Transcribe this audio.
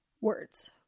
words